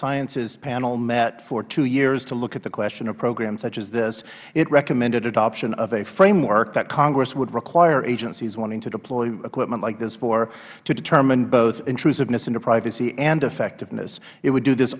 sciences panel met for two years to look at the question of programs such as this it recommended an option of a framework that congress would require agencies wanting to deploy equipment like this for to determine both intrusiveness into privacy and effectiveness it would do this